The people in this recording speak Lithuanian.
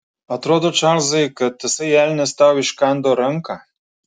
atrodo čarlzai kad tasai elnias tau iškando ranką